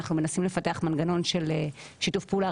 אנחנו מנסים מנגנון של שיתוף פעולה